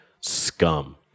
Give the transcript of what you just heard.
scum